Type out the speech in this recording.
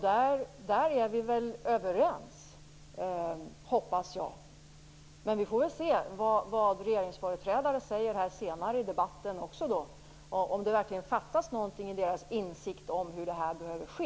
Där är vi väl överens, hoppas jag. Vi får se vad regeringsföreträdare säger senare i debatten och om det verkligen fattas något i deras insikt om hur det måste ske.